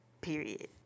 period